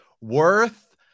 Worth